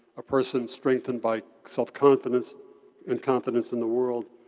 a person strengthened by self-confidence and confidence in the world,